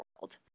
world